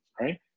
right